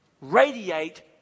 radiate